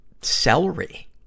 celery